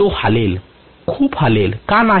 तो हालेल खूप हालेल का नाही